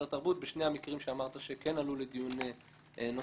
התרבות בשני המקרים שאמרת שכן עלו לדיון נוסף,